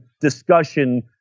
discussion